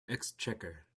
exchequer